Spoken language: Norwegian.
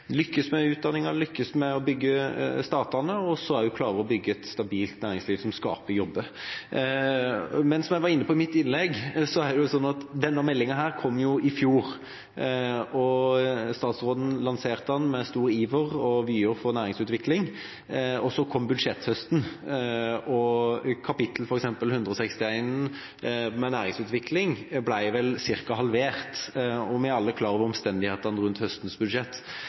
lykkes med utdanninga, lykkes med å bygge statene, og også klarer å bygge et stabilt næringsliv som skaper jobber. Men som jeg var inne på i mitt innlegg, er det jo sånn at denne meldinga kom i fjor, og statsråden lanserte den med stor iver og vyer for næringsutvikling. Så kom budsjetthøsten, og f.eks. kap. 161 Næringsutvikling ble vel omtrent halvert – og vi er alle klar over omstendighetene rundt høstens budsjett.